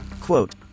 Quote